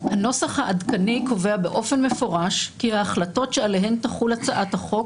הנוסח העדכני קובע באופן מפורש כי ההחלטות שעליהן תחול הצעת החוק